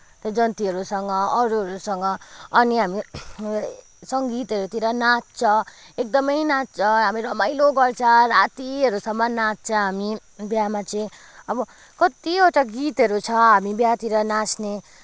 त्यो जन्तीहरूसँग अरूहरूसँग अनि हामी सङ्गीतहरूतिर नाच्छ एकदमै नाच्छ हामी रमाइलो गर्छ रातिहरूसम्म नाच्छ हामी बिहामा चाहिँ अब कतिवटा गीतहरू छ हामी बिहातिर नाच्ने